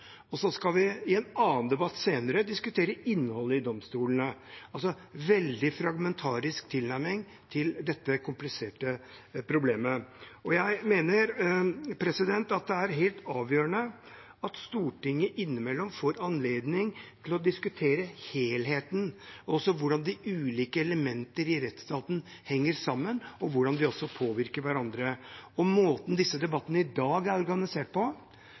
og så skal vi i en annen debatt senere diskutere innholdet i domstolene – en veldig fragmentarisk tilnærming til dette kompliserte problemet. Jeg mener at det er helt avgjørende at Stortinget innimellom får anledning til å diskutere helheten og også hvordan de ulike elementene i rettsstaten henger sammen, og hvordan de påvirker hverandre. Ved måten disse debattene i dag er organisert på,